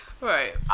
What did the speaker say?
Right